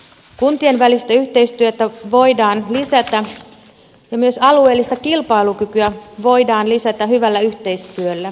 kuntien välistä yhteistyötä voidaan lisätä ja myös alueellista kilpailukykyä voidaan lisätä hyvällä yhteistyöllä